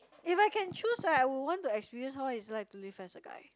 if I can choose right I would want to experience how it's like to live as a guy